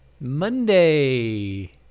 Monday